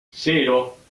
cero